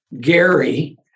Gary